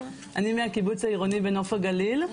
אני מהקיבוץ העירוני בנוף הגליל,